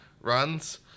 runs